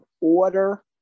order